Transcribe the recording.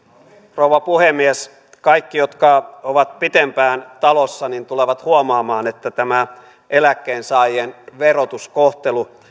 rouva puhemies kaikki jotka ovat pidempään talossa tulevat huomaamaan että tämä eläkkeensaajien verotuskohtelu